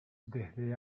desde